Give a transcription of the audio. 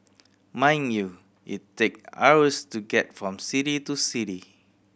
mind you it take hours to get from city to city